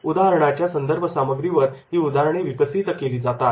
उदाहरणाच्या संदर्भ सामग्रीवर ही उदाहरणे विकसित केली जातात